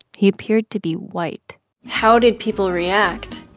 he appeared to be white how did people react?